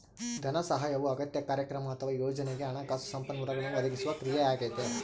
ಧನಸಹಾಯವು ಅಗತ್ಯ ಕಾರ್ಯಕ್ರಮ ಅಥವಾ ಯೋಜನೆಗೆ ಹಣಕಾಸು ಸಂಪನ್ಮೂಲಗಳನ್ನು ಒದಗಿಸುವ ಕ್ರಿಯೆಯಾಗೈತೆ